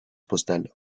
postale